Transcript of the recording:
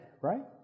right